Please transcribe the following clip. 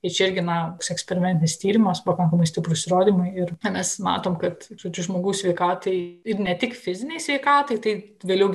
ir čia irgi na toks ekspermentinis tyrimas pakankamai stiprūs įrodymai ir mes matom kad žodžiu žmogaus sveikatai ir ne tik fizinei sveikatai tai vėliau